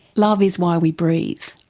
love is why we breathe.